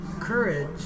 courage